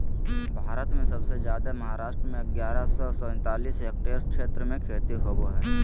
भारत में सबसे जादे महाराष्ट्र में ग्यारह सौ सैंतालीस हेक्टेयर क्षेत्र में खेती होवअ हई